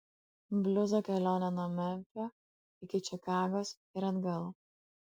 bliuzo kelionė nuo memfio iki čikagos ir atgal